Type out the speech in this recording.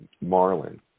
Marlin